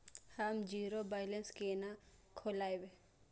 हम zero balance केना खोलैब?